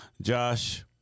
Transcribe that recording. Josh